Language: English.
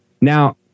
now